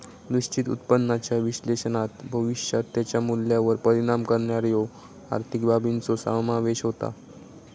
निश्चित उत्पन्नाच्या विश्लेषणात भविष्यात त्याच्या मूल्यावर परिणाम करणाऱ्यो आर्थिक बाबींचो समावेश होता